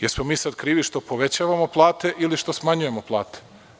Da li smo mi sad krivi što povećavamo plate ili što smanjujemo plate?